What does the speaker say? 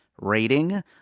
rating